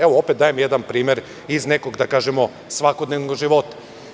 Evo, opet dajem primer iz nekog, da kažem, svakodnevnog života.